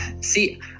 see